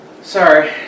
Sorry